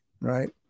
right